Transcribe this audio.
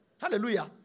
Hallelujah